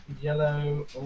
Yellow